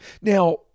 Now